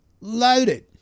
loaded